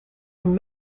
een